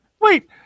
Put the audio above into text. Wait